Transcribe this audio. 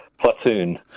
Platoon